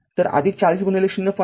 तर४००